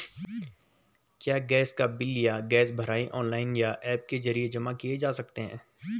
क्या गैस का बिल या गैस भराई ऑनलाइन या ऐप के जरिये जमा किये जा सकते हैं?